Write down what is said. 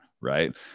right